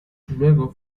luego